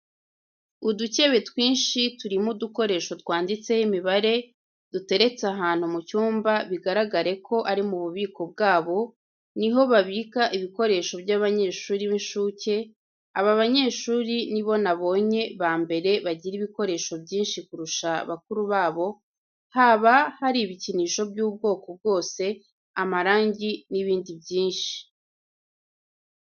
Udukebe twinshi turimo udukoresho twanditseho imibare duteretse ahantu mu cyumba bigaragare ko ari mu bubiko bwabo, ni ho babika ibikoresho by'abanyeshuri b'inshuke, aba banyeshuri ni bo nabonye bambere bagira ibikoresho byinshi kurusha bakuru babo, haba hari ibikinisho by'ubwoko bwose, amarangi n'ibindi byinshi.